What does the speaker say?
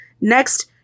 Next